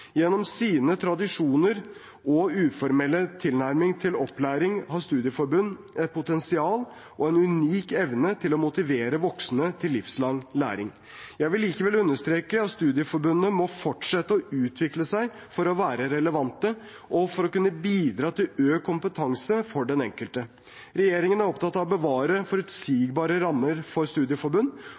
Gjennom sine tradisjoner og sin uformelle tilnærming til opplæring har studieforbund et potensial og en unik evne til å motivere voksne til livslang læring. Jeg vil likevel understreke at studieforbundene må fortsette å utvikle seg for være relevante og for å kunne bidra til økt kompetanse for den enkelte. Regjeringen er opptatt av å bevare forutsigbare rammer for studieforbund,